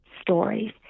stories